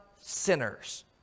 sinners